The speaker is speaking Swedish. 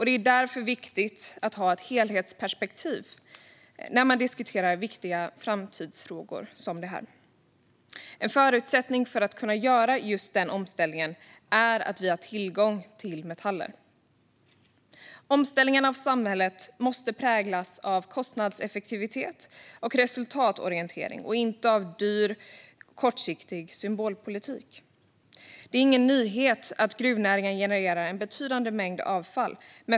Det är därför viktigt att ha ett helhetsperspektiv när man diskuterar viktiga framtidsfrågor som denna. En förutsättning för att kunna göra den omställningen är att vi har tillgång till metaller. Omställningen av samhället måste präglas av kostnadseffektivitet och resultatorientering, inte av dyr och kortsiktig symbolpolitik. Det är ingen nyhet att gruvnäringen genererar en betydande mängd avfall.